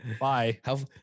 bye